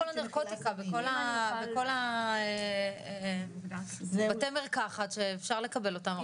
כל הנרקוטיקה וכל בתי המרקחת שאפשר לקבל אותם.